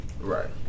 Right